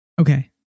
Okay